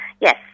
Yes